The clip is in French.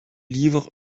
livre